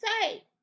say